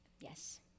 yes